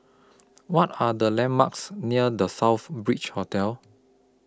What Are The landmarks near The Southbridge Hotel